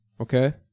Okay